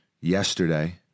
yesterday